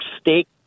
steak